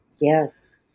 Yes